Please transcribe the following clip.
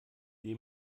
dem